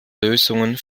lösungen